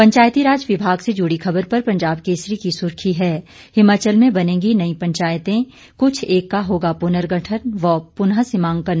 पंचायती राज विमाग से जुड़ी खबर पर पंजाब केसरी की सुर्खी है हिमाचल में बनेंगी नई पंचायतें कुछ एक का होगा पुनगर्ठन व पुनः सीमांकन